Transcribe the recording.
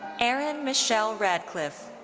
erin michele radcliffe.